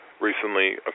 Recently